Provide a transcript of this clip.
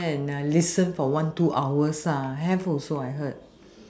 then listen for one two hours ah have also I heard